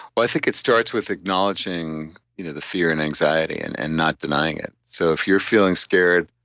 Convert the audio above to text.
but i think it starts with acknowledging you know the fear and anxiety and and not denying it so if you're feeling scared